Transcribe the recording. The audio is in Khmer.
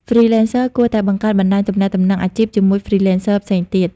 Freelancers គួរតែបង្កើតបណ្តាញទំនាក់ទំនងអាជីពជាមួយ Freelancers ផ្សេងទៀត។